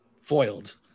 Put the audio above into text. Foiled